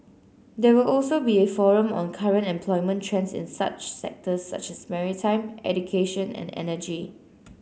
there will also be a forum on current employment trends in such sectors such as maritime education and energy